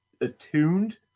attuned